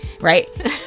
right